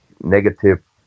negative